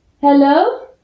Hello